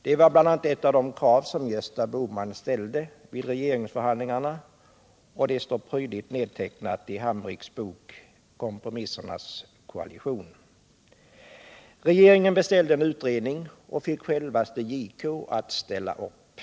Det var ett av de krav som Gösta Bohman ställde vid regeringsförhandlingarna, och det står prydligt nedtecknat. i Hammerichs bok Kompromissernas koalition. Regeringen beställde en utredning och fick självaste JK att ställa upp.